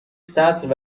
سطل